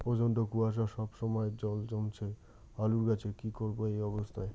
প্রচন্ড কুয়াশা সবসময় জল জমছে আলুর গাছে কি করব এই অবস্থায়?